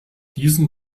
diesen